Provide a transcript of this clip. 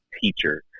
teacher